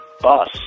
bus